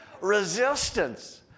Resistance